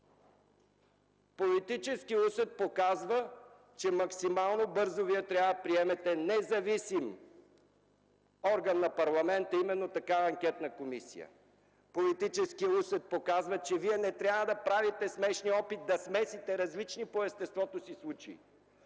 Политическият усет показва, че максимално бързо вие трябва да приемете независим орган на парламента, именно такава анкетна комисия. Политическият усет показва, че вие не трябва да правите смешния опит да смесите различни по естеството си случаи.